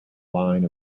line